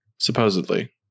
Supposedly